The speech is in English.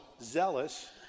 zealous